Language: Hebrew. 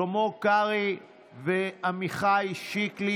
שלמה קרעי ועמיחי שיקלי.